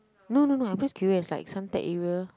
no no no I'm just curious like Suntec area